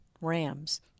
RAMs